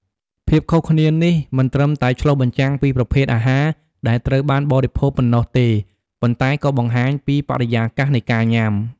ភាពខុសគ្នានេះមិនត្រឹមតែឆ្លុះបញ្ចាំងពីប្រភេទអាហារដែលត្រូវបានបរិភោគប៉ុណ្ណោះទេ ប៉ុន្តែក៏បង្ហាញពីបរិយាកាសនៃការញ៉ាំ។